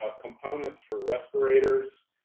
ah components for respirators.